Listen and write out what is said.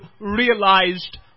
realized